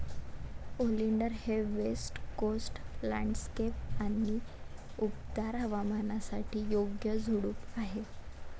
oleander हे west coast landscape आणि उबदार हवामानासाठी योग्य झुडूप आहे